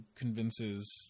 convinces